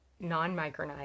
non-micronized